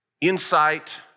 insight